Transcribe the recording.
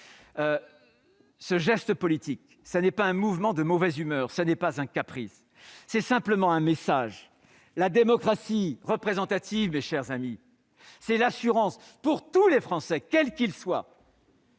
Ce geste politique n'est pas un mouvement de mauvaise humeur ou un caprice, mais tout simplement un message : la démocratie représentative, c'est l'assurance pour tous les Français, quels qu'ils soient